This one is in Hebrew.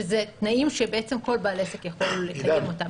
שאלה תנאים שבעצם כל בעל עסק יכול לקיים אותם,